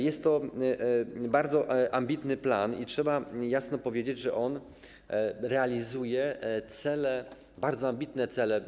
Jest to bardzo ambitny plan, trzeba jasno powiedzieć, że on realizuje bardzo ambitne cele.